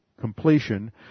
completion